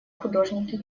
художники